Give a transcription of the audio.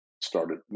started